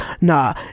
nah